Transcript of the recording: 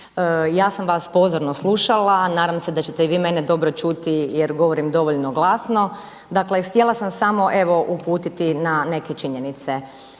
Ja sam vas pozorno slušala. Nadam se da ćete i vi mene dobro čuti jer govorim dovoljno glasno. Dakle, htjela sam samo evo uputiti na neke činjenice.